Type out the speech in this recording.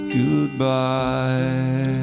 goodbye